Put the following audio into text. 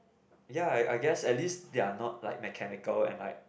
ya I I guess at least their not like mechanical and like